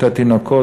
את התינוקות,